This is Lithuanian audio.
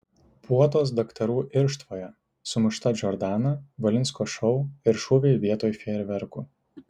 puotos daktarų irštvoje sumušta džordana valinsko šou ir šūviai vietoj fejerverkų